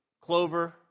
clover